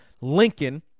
Lincoln